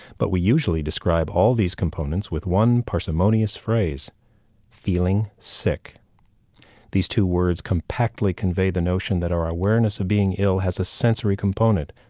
but we usually describe all these components with one parsimonious phrase feeling sick these two words compactly convey the notion that our awareness of being ill has a sensory component,